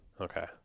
Okay